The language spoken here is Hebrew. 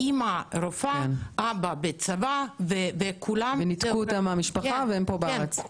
אימא רופאה ואבא בצבא --- ניתקו אותם מהמשפחה והם פה בארץ.